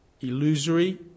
Illusory